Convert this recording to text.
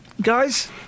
Guys